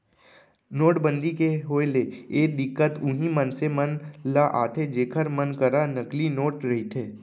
नोटबंदी के होय ले ए दिक्कत उहीं मनसे मन ल आथे जेखर मन करा नकली नोट रहिथे